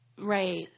right